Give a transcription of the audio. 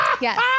Yes